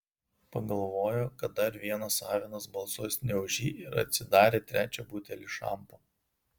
pagalvojo kad dar vienas avinas balsuos ne už jį ir atsidarė trečią butelį šampo